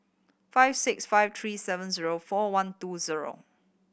five six five three seven zero four one two zero